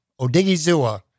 Odigizua